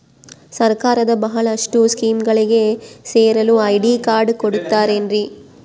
ಸರ್ಕಾರದ ಬಹಳಷ್ಟು ಸ್ಕೇಮುಗಳಿಗೆ ಸೇರಲು ಐ.ಡಿ ಕಾರ್ಡ್ ಕೊಡುತ್ತಾರೇನ್ರಿ?